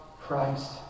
Christ